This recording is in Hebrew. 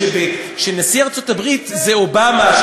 כשנשיא ארצות-הברית זה אובמה,